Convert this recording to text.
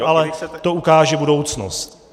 Ale to ukáže budoucnost.